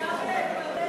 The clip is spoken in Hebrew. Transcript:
סכומי שכר מינימום,